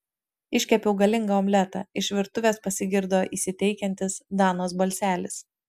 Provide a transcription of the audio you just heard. iškepiau galingą omletą iš virtuvės pasigirdo įsiteikiantis danos balselis